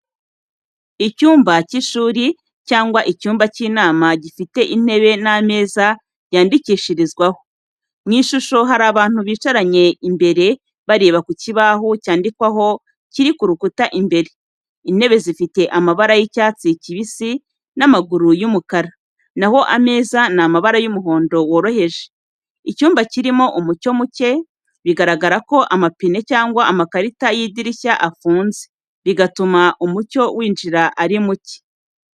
Icyumba cy’ishuri cyangwa icyumba cy’inama gifite intebe n’ameza yandikishirizwaho. Mu ishusho, hari abantu bicaranye imbere bareba ku kibaho cyandikwaho kiri ku rukuta imbere. Intebe zifite amabara y’icyatsi kibisi n’amaguru y’umukara, na ho ameza ni amabara y’umuhondo woroheje. Icyumba kirimo umucyo muke, bigaragara ko amapine cyangwa amakarita y’idirishya afunze, bigatuma umucyo winjira ari muke.